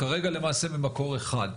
כרגע למעשה ממקור אחד.